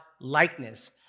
likeness